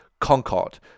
Concord